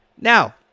Now